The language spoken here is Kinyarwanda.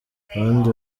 abandi